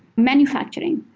manufacturing.